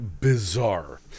bizarre